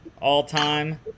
all-time